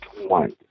one